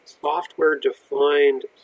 software-defined